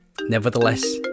Nevertheless